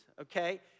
okay